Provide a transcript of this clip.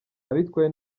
abitwaye